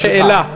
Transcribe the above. שאלה.